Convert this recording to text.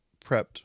prepped